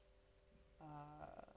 uh